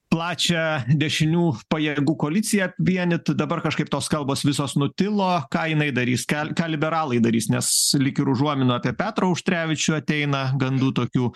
plačią dešinių pajėgų koaliciją vienyt dabar kažkaip tos kalbos visos nutilo ką jinai darys kel ką liberalai darys nes lyg ir užuomina apie petrą auštrevičių ateina gandų tokių